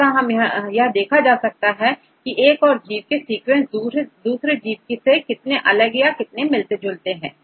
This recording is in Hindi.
तथा यह देखा जा सकता है की एक और जीव के सीक्वेंसेस दूसरे जीव से कितने अलग या कितने मिलते हैं